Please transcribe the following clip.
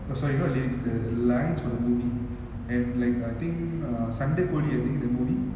oh sorry not lyrics the lines for the movie and like I think uh sandakozhi I think the movie